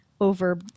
over